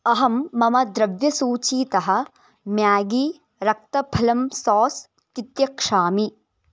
अहं मम द्रव्यसूचीतः म्यागी रक्तफलं सास् तित्यक्षामि